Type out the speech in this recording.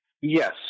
Yes